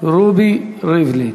רובי ריבלין.